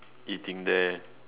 eating there